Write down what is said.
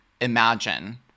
imagine